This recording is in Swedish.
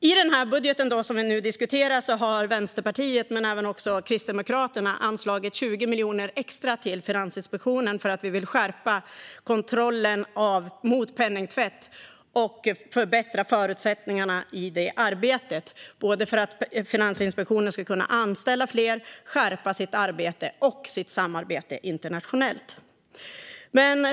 I den budget som vi nu diskuterar har Vänsterpartiet - och även Kristdemokraterna - anslagit 20 miljoner extra till Finansinspektionen för att vi vill skärpa kontrollen mot penningtvätt och förbättra förutsättningarna i det arbetet, så att Finansinspektionen ska kunna anställa fler och så att man ska kunna skärpa sitt arbete och sitt samarbete internationellt. Herr talman!